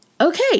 Okay